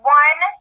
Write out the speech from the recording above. one